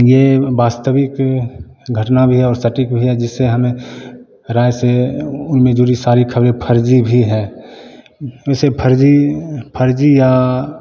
ये व वास्तविक घटना भी है और सटीक भी है जिससे हमें राय से उनमें जुड़ी सारी खबरें फर्जी भी हैं वैसे फर्जी फर्जी या